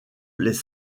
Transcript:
les